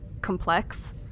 complex